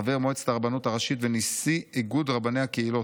חבר מועצת הרבנות הראשית ונשיא איגוד רבני הקהילות.